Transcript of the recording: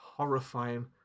horrifying